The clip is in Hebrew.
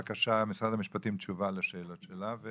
בבקשה משרד המשפטים תשובה לשאלות שלה.